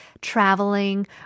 traveling